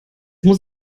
muss